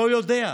לא יודע,